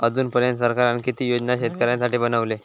अजून पर्यंत सरकारान किती योजना शेतकऱ्यांसाठी बनवले?